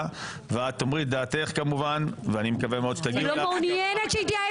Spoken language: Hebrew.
ואת תאמרי את דעתך כמובן ואני מקווה שתגיעו להסכמה.